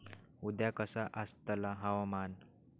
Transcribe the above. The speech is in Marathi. उद्या कसा आसतला हवामान?